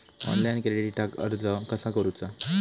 Online क्रेडिटाक अर्ज कसा करुचा?